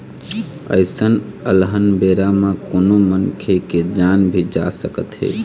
अइसन अलहन बेरा म कोनो मनखे के जान भी जा सकत हे